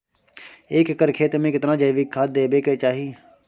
एक एकर खेत मे केतना जैविक खाद देबै के चाही?